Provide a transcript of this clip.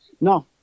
No